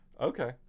Okay